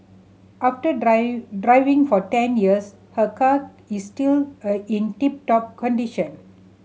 after driving for ten years her car is still a in tip top condition